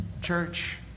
church